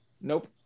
Nope